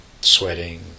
sweating